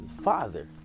father